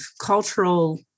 cultural